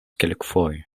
kelkfoje